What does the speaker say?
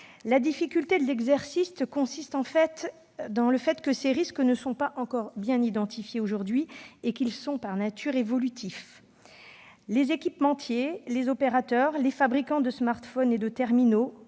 La difficulté de l'exercice vient de ce que ces risques ne sont pas encore bien identifiés et qu'ils sont de nature à évoluer. Les équipementiers, les opérateurs, les fabricants de smartphones et de terminaux